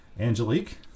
Angelique